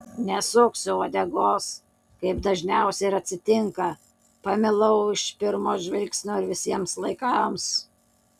nesuksiu uodegos kaip dažniausiai ir atsitinka pamilau iš pirmo žvilgsnio ir visiems laikams